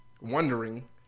wondering